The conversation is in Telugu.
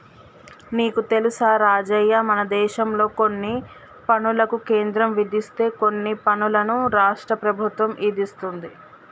నీకు తెలుసా రాజయ్య మనదేశంలో కొన్ని పనులను కేంద్రం విధిస్తే కొన్ని పనులను రాష్ట్ర ప్రభుత్వం ఇదిస్తుంది